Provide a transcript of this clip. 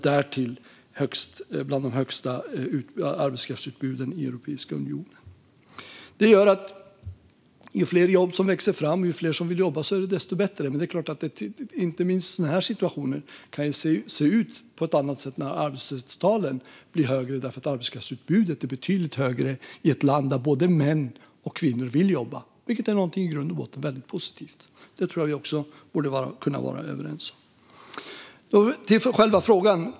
Därtill har vi bland de högsta arbetskraftsutbuden i Europeiska unionen. Ju fler jobb som växer fram och ju fler som vill jobba, desto bättre. Men inte minst i sådana här situationer kan det se ut på ett annat sätt, för arbetslöshetstalen bli ju högre när arbetskraftsutbudet är större på grund av att både män och kvinnor vill jobba, vilket i grunden är mycket positivt. Det tror jag att vi kan vara överens om. Så till frågan.